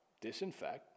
Disinfect